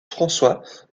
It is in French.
françois